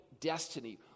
destiny